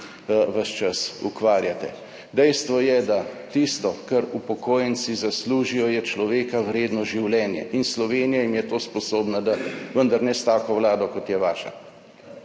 ves čas ukvarjate. Dejstvo je, da tisto, kar upokojenci zaslužijo, je človeka vredno življenje in Slovenija jim je to sposobna dati, vendar ne s tako vlado kot je vaša.